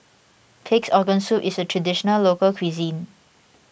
Pig's Organ Soup is a Traditional Local Cuisine